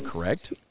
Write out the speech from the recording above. correct